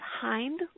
hind